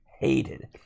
Hated